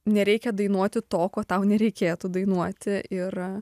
nereikia dainuoti to ko tau nereikėtų dainuoti ir